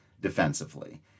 defensively